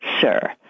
sir